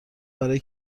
برای